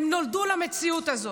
הם נולדו למציאות הזאת.